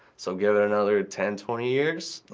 so give it another ten, twenty years.